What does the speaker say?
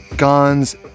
guns